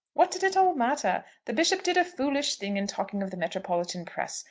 what did it all matter? the bishop did a foolish thing in talking of the metropolitan press.